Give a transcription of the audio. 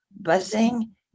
buzzing